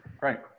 Right